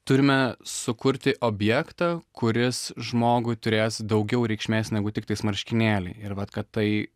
turime sukurti objektą kuris žmogui turės daugiau reikšmės negu tiktais marškinėliai ir vat kad tai